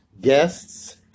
Guests